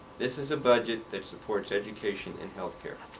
this is a budget that supports education and healthcare.